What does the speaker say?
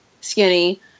skinny